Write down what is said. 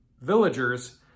villagers